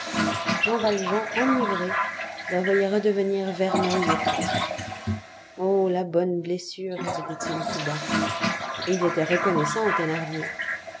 jean valjean enivré la voyait redevenir vermeille et fraîche oh la bonne blessure répétait-il tout bas et il était reconnaissant aux